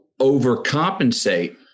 overcompensate